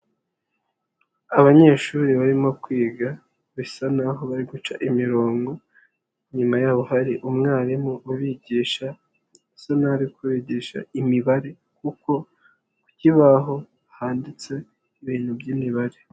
Abanyeshuri barimo kwiga bisa naho bari guca imirongo, inyuma yaho hari umwarimu ubigisha bisa naho ari kubigisha imibare kuko ku kibaho handitse ibintu by'imibare.